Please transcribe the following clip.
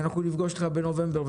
אנחנו נפגוש אותך בנובמבר.